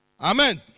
Amen